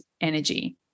energy